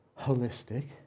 holistic